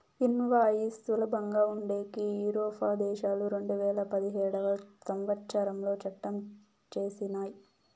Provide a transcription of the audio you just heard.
invoice సులభంగా ఉండేకి ఐరోపా దేశాలు రెండువేల పదిహేడవ సంవచ్చరంలో చట్టం చేసినయ్